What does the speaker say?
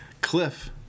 Cliff